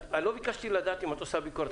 לא ביקשתי לדעת אם את עושה ביקורת.